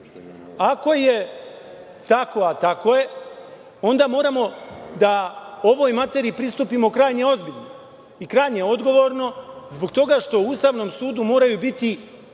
je tako, a tako je, onda moramo da ovoj materiji pristupimo krajnje ozbiljno i krajnje odgovorno, zbog toga što u Ustavnom sudu moraju biti